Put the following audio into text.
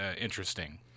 interesting